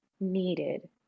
needed